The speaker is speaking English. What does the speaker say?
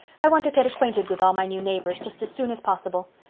i want to get acquainted with all my new neighbors just as soon as possible.